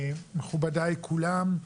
מכובדיי כולם,